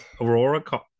Aurora